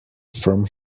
from